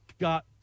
got